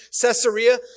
Caesarea